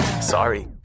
sorry